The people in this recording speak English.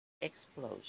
explosion